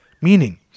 Meaning